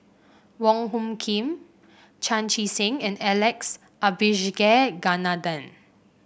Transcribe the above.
Wong Hung Khim Chan Chee Seng and Alex Abisheganaden